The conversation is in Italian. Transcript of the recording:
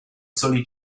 soli